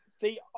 See